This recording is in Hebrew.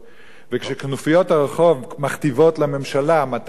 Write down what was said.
וכשכנופיות הרחוב מכתיבות לממשלה מתי לקבוע